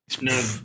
No